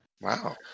Wow